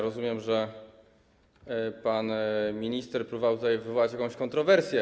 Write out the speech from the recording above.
Rozumiem, że pan minister próbował tutaj wywołać jakąś kontrowersję.